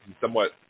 somewhat